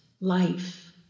life